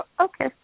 okay